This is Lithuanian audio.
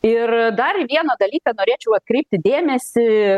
ir dar į vieną dalyką norėčiau atkreipti dėmesį